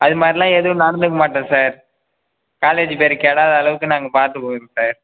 அதுமாதிரிலாம் எதுவும் நடந்துக்க மாட்டோம் சார் காலேஜ்ஜு பேர் கெடாத அளவுக்கு நாங்கள் பார்த்து போயிடுறோம் சார்